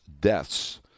deaths